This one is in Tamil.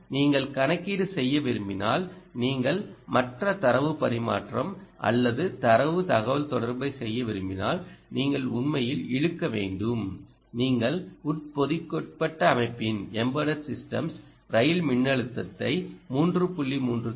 ஆனால் நீங்கள் கணக்கீடு செய்ய விரும்பினால் நீங்கள் மற்ற தரவு பரிமாற்றம் அல்லது தரவு தகவல்தொடர்பை செய்ய விரும்பினால் நீங்கள் உண்மையில் இழுக்க வேண்டும் நீங்கள் உட்பொதிக்கப்பட்ட அமைப்பின் Embedded System's ரயில் மின்னழுத்தத்தை 3